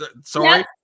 sorry